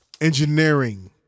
engineering